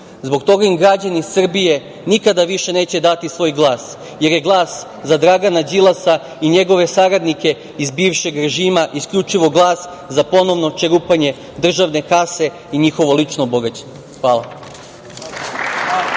Zbog toga im građani Srbije nikada više neće dati svoj glas, jer je glas za Dragana Đilasa i njegove saradnike iz bivšeg režima isključivo glas za ponovno čerupanje državne kase i njihovo lično bogaćenje. Hvala.